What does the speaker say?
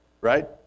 Right